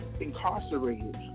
incarcerated